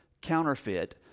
Counterfeit